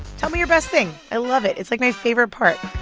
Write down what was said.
tell me your best thing. i love it. it's, like, my favorite part.